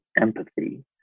empathy